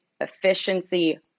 efficiency